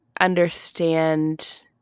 understand